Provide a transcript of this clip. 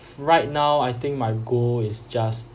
right now I think my goal is just